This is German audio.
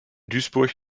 duisburg